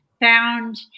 found